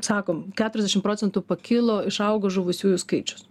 sakom keturiasdešim procentų pakilo išaugo žuvusiųjų skaičius